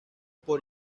por